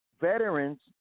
veterans